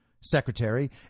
secretary